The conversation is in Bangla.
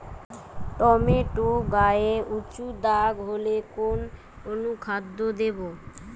টমেটো গায়ে উচু দাগ হলে কোন অনুখাদ্য দেবো?